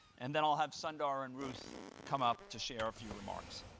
and then i'll have sundar and ruth come up to share a few remarks.